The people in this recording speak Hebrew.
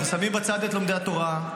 אנחנו שמים בצד את לומדי התורה,